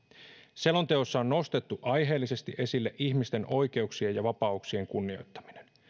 selonteossa on nostettu aiheellisesti esille ihmisten oikeuksien ja vapauksien kunnioittaminen